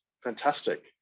Fantastic